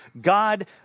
God